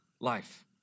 life